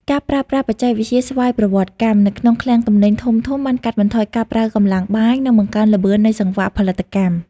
ការប្រើប្រាស់បច្ចេកវិទ្យាស្វ័យប្រវត្តិកម្ម នៅក្នុងឃ្លាំងទំនិញធំៗ បានកាត់បន្ថយការប្រើកម្លាំងបាយ និងបង្កើនល្បឿននៃសង្វាក់ផលិតកម្ម។